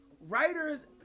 Writers